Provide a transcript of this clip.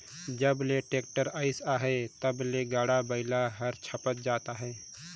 जब ले टेक्टर अइस अहे तब ले गाड़ा बइला हर छपत जात अहे